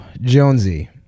Jonesy